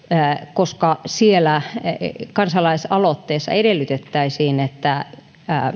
koska kansalaisaloitteessa edellytettäisiin että